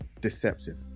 deceptive